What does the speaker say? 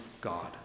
God